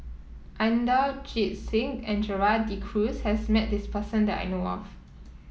Inderjit Singh and Gerald De Cruz has met this person that I know of